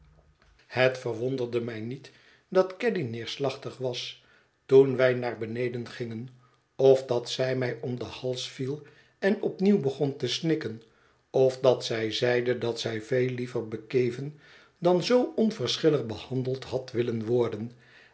het verwonderde mij niet dat caddy neerslachtig was toen wij naar beneden gingen of dat zij mij om den hals viel en opnieuw begon te snikken of dat zij zeide dat zij veel liever bekeven dan zoo onverschillig behandeld had willen worden